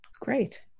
Great